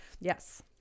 Yes